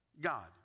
God